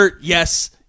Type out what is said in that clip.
yes